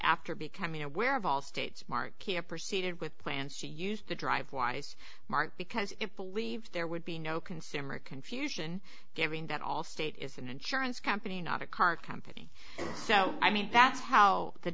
after becoming aware of all states mark here proceeded with plans to use the dr wise mark because it believed there would be no consumer confusion given that all state is an insurance company not a car company so i mean that's how the